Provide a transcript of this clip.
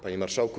Panie Marszałku!